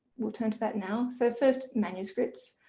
we'll turn to that now. so first manuscripts.